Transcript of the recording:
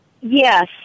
Yes